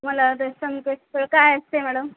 मला ते संकेतस्थळ काय असतं आहे मॅडम